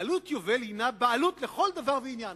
בעלות יובל הינה בעלות לכל דבר ועניין.